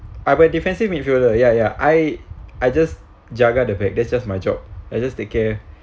our defensive midfielder ya ya I I just jaga the back that's just my job I just take care